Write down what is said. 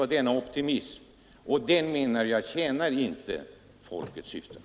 Då, menar jag, 15 december 1972 — tjänar optimismen inte folkets syften.